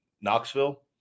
Knoxville